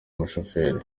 umushoferi